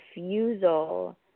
refusal